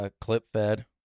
clip-fed